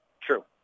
True